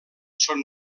són